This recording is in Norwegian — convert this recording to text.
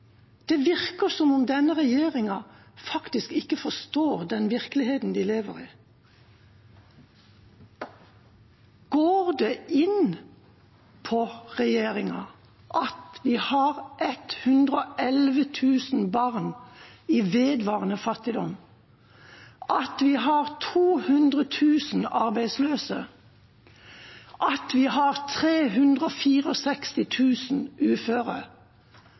Det virker som om denne regjeringa faktisk ikke forstår den virkeligheten de lever i. Går det inn på regjeringa at vi har 111 000 barn i vedvarende fattigdom, at vi har 200 000 arbeidsløse, at vi har